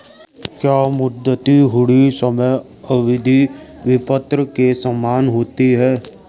क्या मुद्दती हुंडी समय अवधि विपत्र के समान होती है?